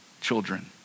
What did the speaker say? children